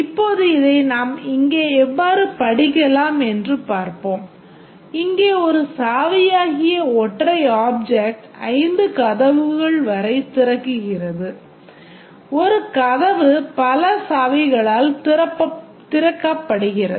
இப்போது இதை நாம் இங்கே எவ்வாறு படிக்கலாம் என்று பார்ப்போம் இங்கே ஒரு சாவியாகிய ஒற்றை ஆப்ஜெக்ட் 5 கதவுகள் வரை திறக்கிறது ஒரு கதவு பல சாவிகளால் திறக்கப்படுகிறது